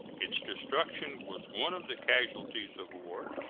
its destruction was one of the casualties of war,